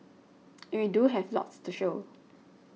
and we do have lots to show